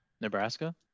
Nebraska